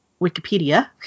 Wikipedia